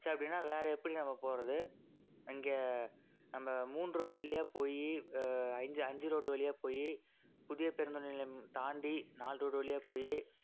சேரி அப்படினா வேறு எப்படி நம்ம போகறது அங்கே நம்ப மூண் ரோடு வழியாக போய் அஞ்சு அஞ்சு ரோடு வழியாக போய் புதிய பேருந்து நிலையம் தாண்டி நால் ரோடு வழியாக போய்